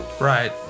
Right